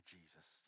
Jesus